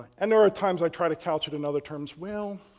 and there are times i tried to couch it in other terms, well,